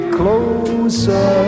closer